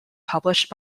published